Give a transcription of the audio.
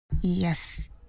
Yes